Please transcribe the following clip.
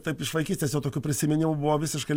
taip iš vaikystės jau tokių prisiminimų buvo visiškai